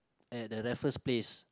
at the Raffles Place